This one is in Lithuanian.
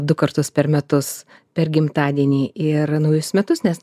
du kartus per metus per gimtadienį ir naujus metus nes